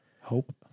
hope